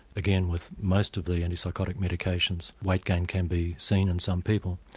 again with most of the antipsychotic medications weight gain can be seen in some people.